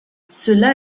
cela